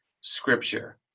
Scripture